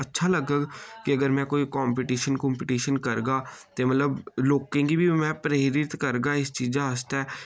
अच्छा लग्गग कि अगर मैं कोई कम्पटीशन कुम्पटीशन करगा ते मतलब लोकें कि बी मैं प्रेरित करगा इस चीजा आस्तै